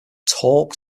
talk